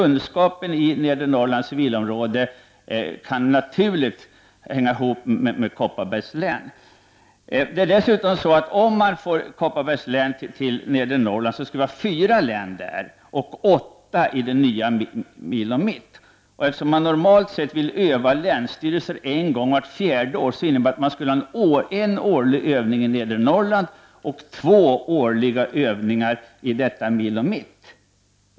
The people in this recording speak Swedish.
De erfarenheter som finns inom Nedre Norrlands civilområde kan på ett naturligt sätt tillgodogöras av Kopparbergs län. Om Kopparbergs län förs till Nedre Norrland, skulle man dessutom få fyra län i detta område och åtta i det nya Milo Mitt. Eftersom man normalt sett vill öva länsstyrelser en gång vart fjärde år, skulle man under sådana förhållanden få en årlig övning i Nedre Norrland och två i Milo Mitt.